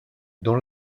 dans